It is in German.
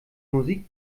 musik